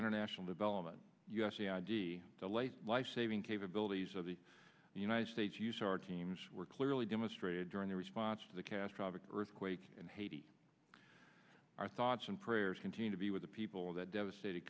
international development usa i d the late lifesaving capabilities of the united states use our teams were clearly demonstrated during the response to the cast product earthquake in haiti our thoughts and prayers continue to be with the people of that devastated